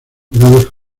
cuidados